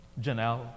Janelle